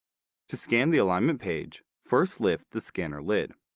to scan the alignment page, first lift the scanner lid.